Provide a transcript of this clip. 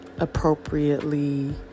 appropriately